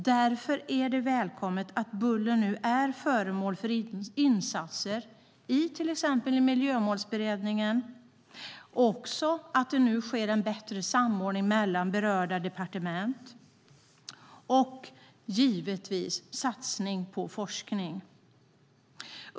Därför är det välkommet att bullret nu är föremål för insatser i till exempel Miljömålsberedningen, att det sker en bättre samordning mellan berörda departement och att man satsar på forskning.